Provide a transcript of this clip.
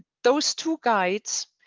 those two guides,